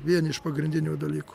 vieni iš pagrindinių dalykų